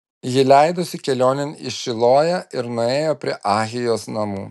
ji leidosi kelionėn į šiloją ir nuėjo prie ahijos namų